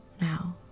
now